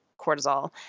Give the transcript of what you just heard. cortisol